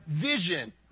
vision